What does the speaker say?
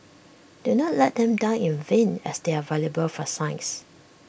do not let them die in vain as they are valuable for science